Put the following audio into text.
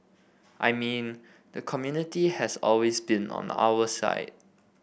I mean the community has always been on our side